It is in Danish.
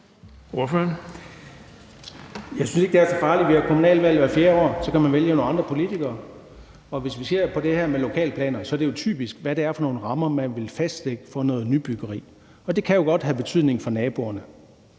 Jeg synes ikke, det er så farligt. Vi har kommunalvalg hvert fjerde år, og så kan man vælge nogle andre politikere. Hvis vi ser på det her med lokalplaner, handler det jo typisk om, hvad det er for nogle rammer, man vil fastlægge for noget nybyggeri. Det kan jo godt have betydning for naboerne,